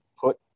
put